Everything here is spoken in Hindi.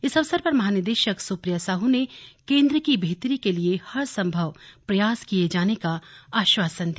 इस अवसर पर महानिदेशक सुप्रिया साहू ने केन्द्र की बेहतरी के लिए हरसंभव प्रयास किये जाने का आवश्वासन दिया